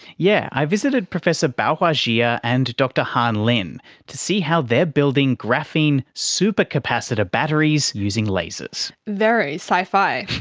yeah i've visited professor baohua jia and dr han lin to see how they are building graphene super capacitor batteries using lasers. very sci-fi.